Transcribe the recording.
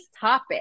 topic